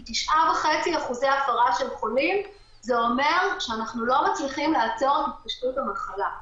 כי 9.5% הפרה של חולים זה אומר שאנחנו לא מצליחים את התפשטות המחלה,